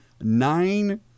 nine